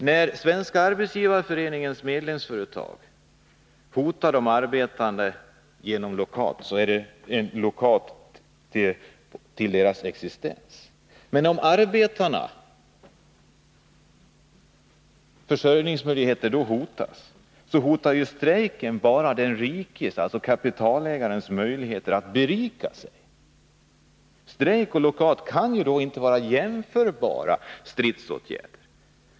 När Svenska arbetsgivareföreningens medlemsföretag hotar de arbetande genom lockout, så riktas denna lockout mot de arbetandes existens. Medan arbetarnas försörjningsmöjligheter då hotas, så hotar ju strejken bara kapitalägarnas möjligheter att berika sig. Strejk och lockout kan då inte vara jämförbara stridsåtgärder.